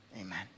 amen